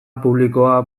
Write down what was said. publikoa